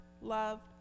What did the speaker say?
loved